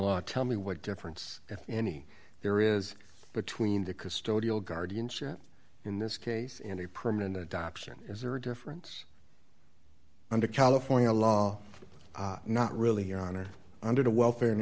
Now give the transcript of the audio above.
law tell me what difference if any there is between the custodial guardianship in this case and a permanent adoption is there a difference under california law not really on or under the welfare and